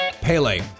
pele